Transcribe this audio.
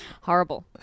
horrible